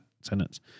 sentence